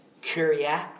curia